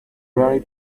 very